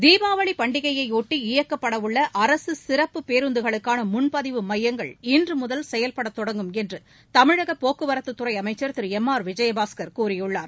தீபாவளிபண்டிகையையொட்டி இயக்கப்படவுள்ளஅரசுசிறப்பு பேருந்துகளுக்கானமுன்பதிவுமையங்கள் இன்றுமுதல் செயல்படத் தொடங்கும் என்றுதமிழகபோக்குவரத்துத்துறைஅமைச்சர் திருளம் ஆர் விஜயபாஸ்கர் கூறியுள்ளார்